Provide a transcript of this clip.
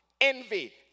envy